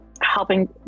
helping